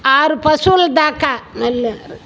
ఆరు ఫసల్ దాకా మ